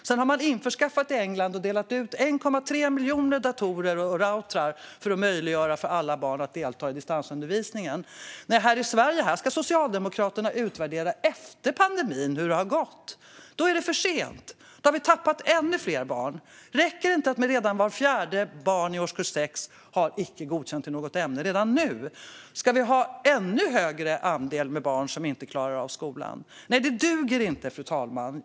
I England införskaffade man sedan och delade ut 1,3 miljoner datorer och routrar för att möjliggöra för alla barn att delta i distansundervisningen. Här i Sverige ska Socialdemokraterna utvärdera efter pandemin hur det har gått. Då är det för sent. Då har vi tappat ännu fler barn. Räcker det inte med att vart fjärde barn i årskurs 6 har icke godkänt i något ämne redan nu? Ska vi ha en ännu högre andel barn som inte klarar av skolan? Nej, det duger inte, fru talman.